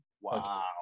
Wow